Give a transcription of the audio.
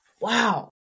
wow